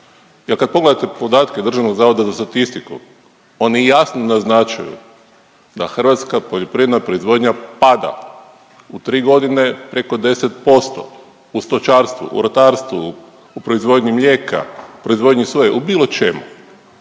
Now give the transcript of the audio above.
kad pogledate podatke Državnog zavoda za statistiku oni jasno naznačuju da hrvatska poljoprivredna proizvodnja pada u 3 godine preko 10% u stočarstvu, u ratarstvu, u proizvodnji mlijeka, u proizvodnji soje, u bilo čemu.